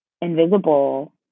invisible